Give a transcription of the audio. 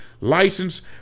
license